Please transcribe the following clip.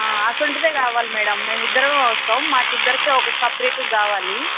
అటువంటిది కావాలి మ్యాడమ్ మేము ఇద్దరం వస్తాం మాకు ఇద్దరికి ఒక సపరేటుగా కావాలి